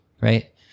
right